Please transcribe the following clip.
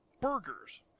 burgers